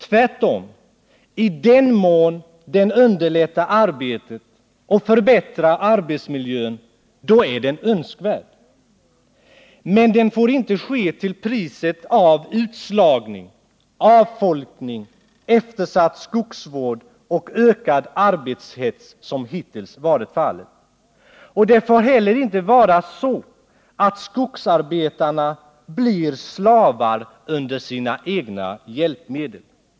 Tvärtom — i den mån den underlättar arbetet och förbättrar arbetsmiljön är den önskvärd. Men den får inte ske till priset av utslagning, avfolkning, eftersatt skogsvård och ökad arbetshets, som hittills varit fallet. Det får heller inte vara så att skogsarbetarna blir slavar under sina egna hjälpmedel.